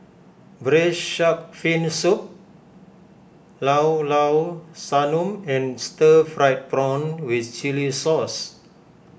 Braised Shark Fin Soup Llao Llao Sanum and Stir Fried Prawn with Chili Sauce